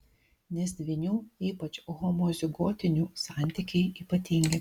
nes dvynių ypač homozigotinių santykiai ypatingi